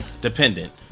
dependent